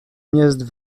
měst